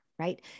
Right